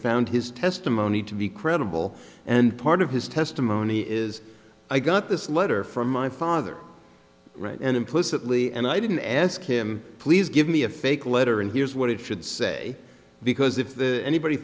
found his testimony to be credible and part of his testimony is i got this letter from my father and implicitly and i didn't ask him please give me a fake letter and here's what it should say because if the anybody